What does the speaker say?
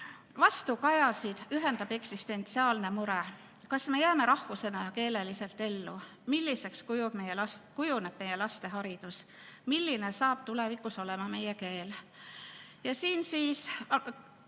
Vastukajasid ühendab eksistentsiaalne mure, kas me jääme rahvusena ja keeleliselt ellu, milliseks kujuneb meie laste haridus, milline saab tulevikus olema meie keel. Kvalitatiivselt